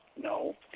No